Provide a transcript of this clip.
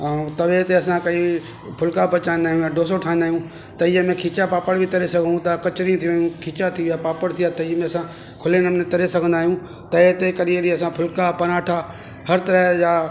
ऐं तवे ते असां कई फुलका पचाईंदा आहियूं या डोसो ठाईंदा आहियूं तईअ में खीचा पापड़ बि तरे सघूं ता कचरी थी वियूं खीचा थी विया पापड़ थी विया तई में असां खुले नमूने तरे सघंदा आहियूं तए ते कॾहिं कॾहिं असां फुलका पराठां हर तरह जा